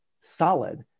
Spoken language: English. solid